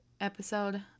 episode